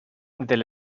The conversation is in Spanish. del